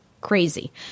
Crazy